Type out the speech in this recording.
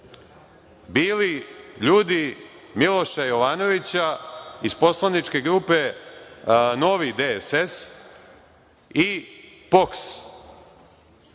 bili ljudi Miloša Jovanovića iz poslaničke grupe NDSS i POKS.